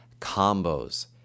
combos